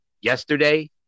yesterday